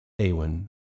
Awen